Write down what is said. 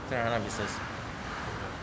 教他 run business